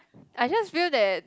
I just feel that